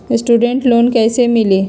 Student loan कैसे मिली?